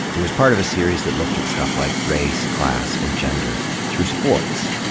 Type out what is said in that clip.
it was part of a series that looked at stuff like race, class, and gender through sports.